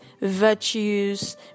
virtues